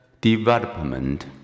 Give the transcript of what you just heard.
development